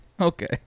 okay